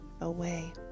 away